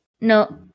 no